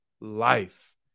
life